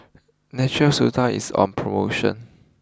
Natura Stoma is on promotion